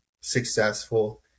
successful